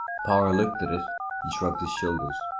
power looked at it and shrugged his shoulders.